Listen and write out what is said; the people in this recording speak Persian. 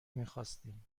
میخواستیم